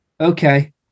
okay